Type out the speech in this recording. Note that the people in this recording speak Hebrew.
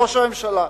ראש הממשלה,